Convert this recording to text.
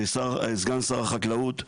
וסגן שר החקלאות.